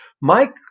Mike